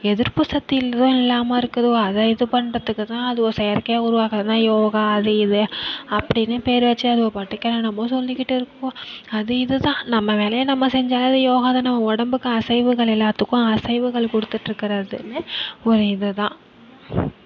எதிர்ப்பு சக்திங்கிறதும் இல்லாமல் இருக்குதுவோ அதை இது பண்ணுறதுக்கு தான் அதுவுவோ செயற்கையாக உருவாக்குறது தான் யோகா அது இது அப்படீன்னு பேர் வச்சு அதுவோ பாட்டுக்கு என்னென்னமோ சொல்லிக்கிட்டு இருக்குவோ அது இதுதான் நம்ம வேலையை நம்ம செஞ்சாலே அது யோகா தான் நம்ம உடம்புக்கு அசைவுகள் எல்லாத்துக்கும் அசைவுகள் கொடுத்துட்ருக்குறதுனு ஒரு இதுதான்